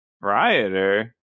rioter